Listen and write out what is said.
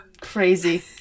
crazy